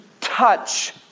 touch